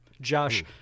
Josh